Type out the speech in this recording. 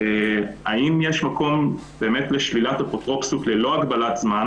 האם יש מקום לשלילת אפוטרופסות ללא הגבלת זמן